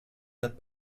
над